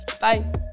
Bye